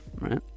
Right